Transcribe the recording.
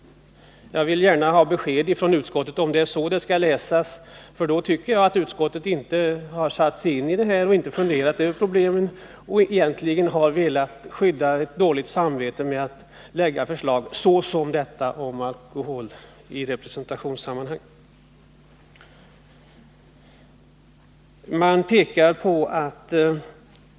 Jag vill gärna få ett besked ifrån utskottet om det är så detta skall läsas, för då tycker jag att utskottet inte har satt sig in i problemen och funderat över dem utan egentligen har velat skydda ett dåligt samvete med att lägga ett förslag såsom det om alkohol i representationssammanhang.